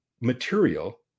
material